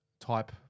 type